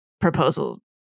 proposal